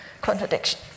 contradiction